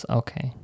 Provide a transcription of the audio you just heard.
okay